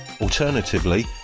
alternatively